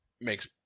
makes